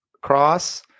cross